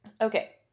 Okay